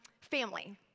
family